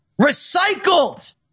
Recycled